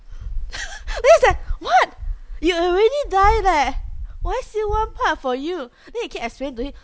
then it's like what you already die leh why still one part for you then he keep explaining to him